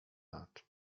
lat